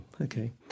okay